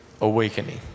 awakening